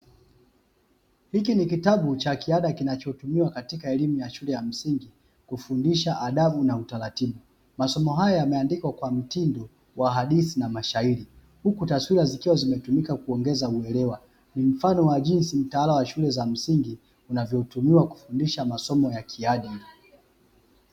Hiki ni kitabu cha kiada kinachotumiwa katika elimu ya shule ya msingi kufundisha adabu na utaratibu, masomo haya yameandikwa kwa mtindo wa hadithi na mashairi huku taswira zikiwa zimetumika kuongeza uelewa, mfano wa jinsi mtaala wa shule za msingi unavyotumiwa kufundisha masomo ya kiada.